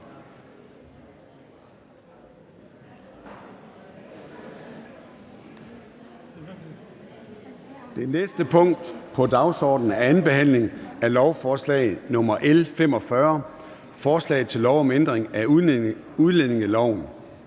Det næste punkt på dagsordenen er: 15) 2. behandling af lovforslag nr. L 45: Forslag til lov om ændring af udlændingeloven.